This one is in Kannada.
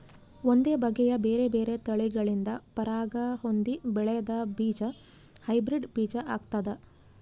ಒಂದೇ ಬಗೆಯ ಬೇರೆ ಬೇರೆ ತಳಿಗಳಿಂದ ಪರಾಗ ಹೊಂದಿ ಬೆಳೆದ ಬೀಜ ಹೈಬ್ರಿಡ್ ಬೀಜ ಆಗ್ತಾದ